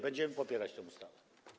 Będziemy popierać tę ustawę.